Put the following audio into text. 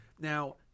now